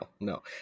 no